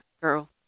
Girl